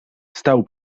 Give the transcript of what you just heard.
stał